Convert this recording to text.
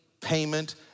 payment